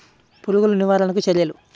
పురుగులు నివారణకు చర్యలు?